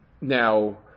Now